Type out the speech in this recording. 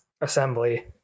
assembly